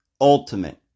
ultimate